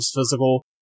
physical